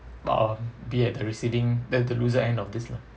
um be at the receding then the loser end of this lah